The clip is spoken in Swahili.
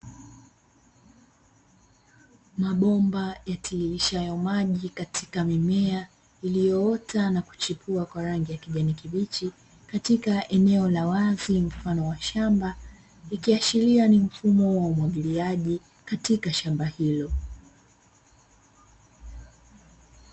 Mabomba yatiririshayo maji katika mimea, iliyoota na kuchipua kwa rangi ya kijani kibichi, katika eneo la wazi mfano wa shamba, ikiashiria ni mfumo wa umwagiliaji katika shamba hilo.